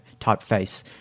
typeface